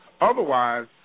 Otherwise